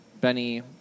Benny